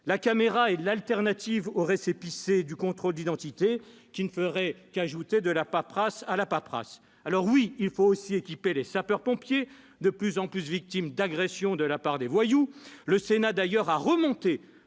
La caméra est la solution de remplacement au récépissé de contrôle d'identité, qui ne ferait qu'ajouter de la paperasse à la paperasse. Oui, il faut aussi équiper les sapeurs-pompiers, de plus en plus victimes d'agressions de la part de voyous. Le Sénat a d'ailleurs relevé